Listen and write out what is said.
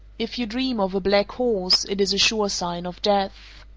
if you dream of a black horse, it is a sure sign of death.